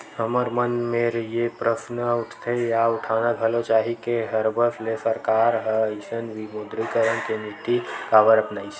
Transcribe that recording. हमर मन मेर ये प्रस्न उठथे या उठाना घलो चाही के हबरस ले सरकार ह अइसन विमुद्रीकरन के नीति काबर अपनाइस?